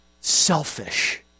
selfish